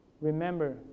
remember